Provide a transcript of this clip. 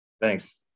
thanks